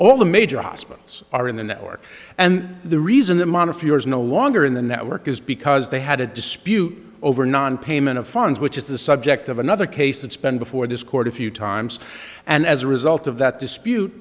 all the major hospitals are in the network and the reason the montefiore is no longer in the network is because they had a dispute over nonpayment of funds which is the subject of another case that's been before this court a few times and as a result of that dispute